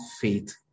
faith